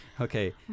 Okay